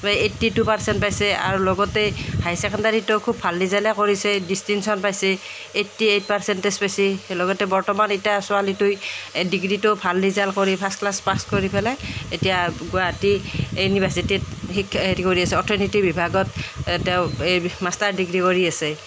eighty two percent পাইছে আৰু লগতে হায়াৰ চেকেণ্ডেৰিটো খুব ভাল ৰিজাল্টেই কৰিছে ডিষ্টিংচন পাইছে এইট্টি এইট পাৰ্চেণ্টেজ পাইছে লগতে বৰ্তমান এতিয়া ছোৱালীটোৱে ডিগ্ৰীটো ভাল ৰিজাল্ট কৰি ফাৰ্ষ্ট ক্লাছ পাছ কৰি পেলাই এতিয়া গুৱাহাটী ইউনিভাৰ্ছিটিত হেৰি কৰি আছে অৰ্থনীতি বিভাগত তেওঁ মাষ্টাৰ ডিগ্ৰী কৰি আছে